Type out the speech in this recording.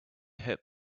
hit